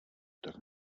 tak